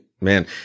Man